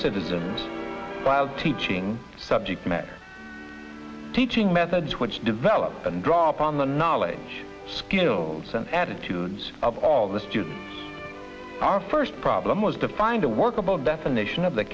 citizens by teaching subject matter teaching methods which develop and draw upon the knowledge skills and attitudes of all the students our first problem was to find a workable definition of the